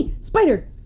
spider